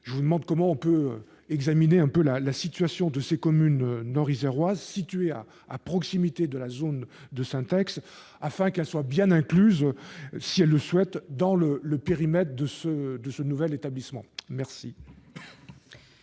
cette ordonnance, comment peut-on examiner la situation de ces communes nord-iséroises situées à proximité de la zone de Saint-Exupéry, afin qu'elles soient bien incluses, si elles le souhaitent, dans le périmètre de ce nouvel établissement ?